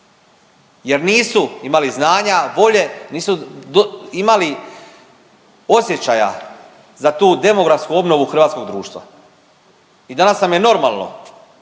jer nisu imali znanja, volje, nisu imali osjećaja za tu demografsku obnovu hrvatskog društva. I danas nam je normalno